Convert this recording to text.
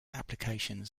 applications